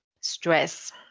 stress